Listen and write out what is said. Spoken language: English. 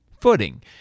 footing